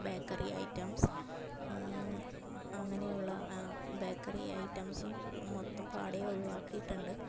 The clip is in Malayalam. ബേക്കറി ഐറ്റംസ് അങ്ങനെയുള്ള ബേക്കറി ഐറ്റംസും മൊത്തം പാടെ ഒഴിവാക്കിയിട്ടുണ്ട്